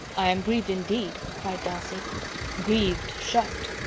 i am grieved indeed, cried darcy grieved shocked.